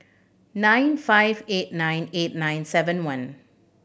nine five eight nine eight nine seven one